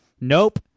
Nope